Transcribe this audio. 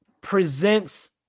presents